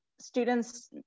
students